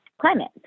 climate